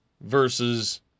versus